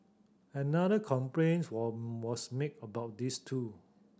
another complaint were was made about this too